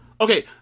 Okay